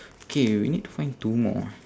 K we need to find two more